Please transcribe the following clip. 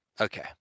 Okay